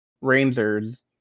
Rangers